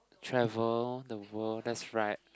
travel the world that's right